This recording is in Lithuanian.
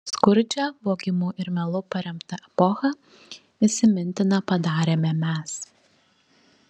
skurdžią vogimu ir melu paremtą epochą įsimintina padarėme mes